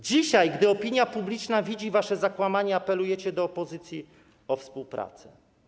Dzisiaj, gdy opinia publiczna widzi wasze zakłamanie, apelujecie do opozycji o współpracę.